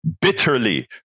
bitterly